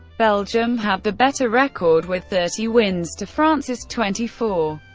belgium have the better record, with thirty wins to france's twenty four.